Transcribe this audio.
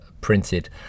printed